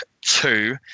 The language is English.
two